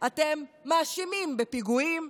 אתם מאשימים בפיגועים.